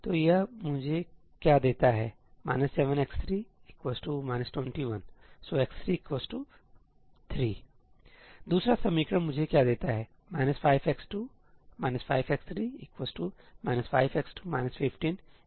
तो यह मुझे क्या देता है 7x3 21 So x33 दूसरा समीकरण मुझे क्या देता है 5x2 5x3 5x2 15 25ठीक